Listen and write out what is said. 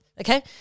Okay